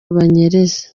banyereza